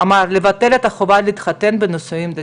אמר שצריך לבטל את החובה להתחתן בנישואים דתיים.